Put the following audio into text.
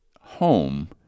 home